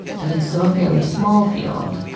but it's still a fairly small field,